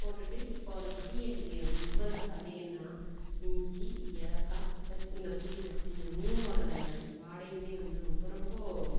போட்டுவிட்டு இப்போ அந்த டீயை நீங்கள் நுகர்ந்து பார்த்திங்கன்னா இஞ்சி ஏலக்காய் ப்ளஸ் இந்த புதினா இந்த மூணோடய வாடையுமே வந்து ரொம்ப ரொம்ப